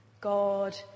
God